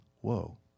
whoa